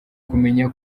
kumenya